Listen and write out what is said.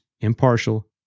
impartial